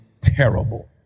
terrible